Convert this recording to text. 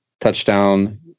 touchdown